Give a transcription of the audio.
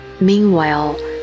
Meanwhile